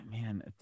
Man